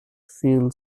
feel